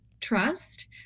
Trust